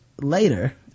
later